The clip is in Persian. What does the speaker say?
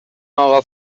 اقا